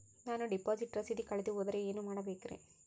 ನಾನು ಡಿಪಾಸಿಟ್ ರಸೇದಿ ಕಳೆದುಹೋದರೆ ಏನು ಮಾಡಬೇಕ್ರಿ?